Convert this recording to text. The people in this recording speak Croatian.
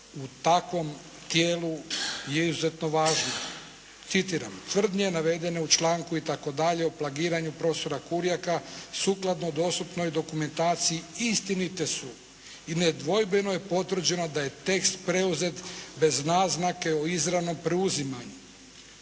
u takvom tijelu je izuzetno važna. Citiram: “Tvrdnje navedene u članku itd. o plagiranju profesora Kurjaka sukladno dostupnoj dokumentaciji istinite su i nedvojbeno je potvrđeno da je tekst preuzet bez naznake o izravnom preuzimanju.“